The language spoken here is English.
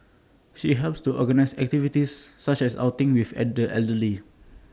she helps to organise activities such as outings with at the elderly